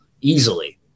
easily